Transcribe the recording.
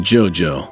JoJo